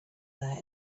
there